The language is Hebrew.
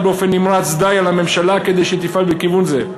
באופן נמרץ די הצורך על הממשלה כדי שתפעל בכיוון זה.